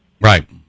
Right